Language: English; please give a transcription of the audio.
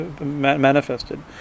manifested